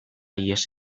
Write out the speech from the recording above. ihes